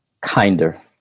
kinder